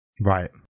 Right